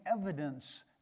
evidence